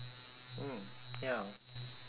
mm ya